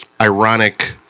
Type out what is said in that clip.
ironic